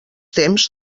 temps